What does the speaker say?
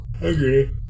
agree